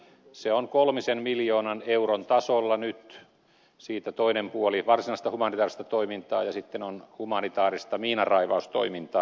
se on kolmisen miljoonan euron tasolla nyt siitä toinen puoli varsinaista humanitaarista toimintaa ja sitten on humanitaarista miinanraivaustoimintaa